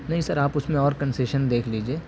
نہیں سر آپ اس میں اور کنشیشن دیکھ لیجیے